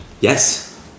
Yes